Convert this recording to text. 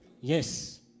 Yes